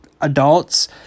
adults